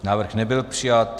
Návrh nebyl přijat.